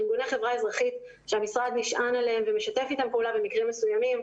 ארגוני חברה אזרחית שהמשרד נשען עליהם ומשתף איתם פעולה במקרים מסוימים,